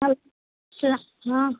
ہاں